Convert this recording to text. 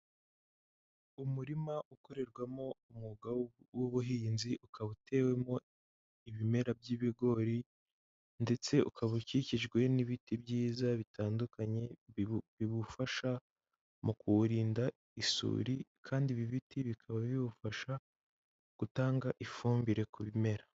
Umurima ukorerwamo umwuga w'ubuhinzi ukaba utewemo ibimera by'ibigori ndetse ukaba ukikijwe n'ibiti byiza bitandukanye, bibufasha mu kuwurinda isuri kandi ibi biti bikaba biwufasha gutanga ifumbire ku bimera.